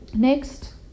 Next